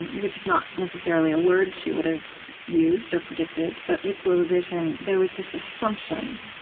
and which is not necessarily a word she would have used or predicted but with globalization, there was this assumption,